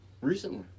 Recently